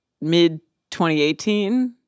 mid-2018